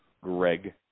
Greg